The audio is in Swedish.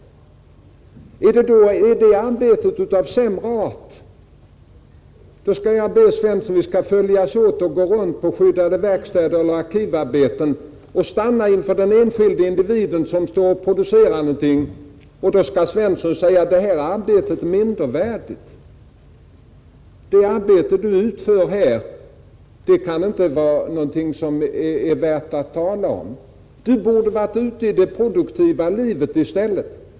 Är det arbetet av sämre art? Då skall jag be herr Svensson följa med mig och gå runt på skyddade verkstäder eller arkivarbeten och stanna inför den enskilde individen som står och producerar någonting, och herr Svensson skall säga: Det här arbetet är mindervärdigt. Det arbete Du utför här kan inte vara någonting som är värt att tala om. Du borde ha varit ute i det produktiva livet i stället.